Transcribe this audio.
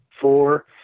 four